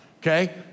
okay